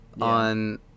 on